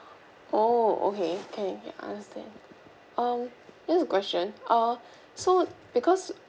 oh okay can can understand um just a question uh so because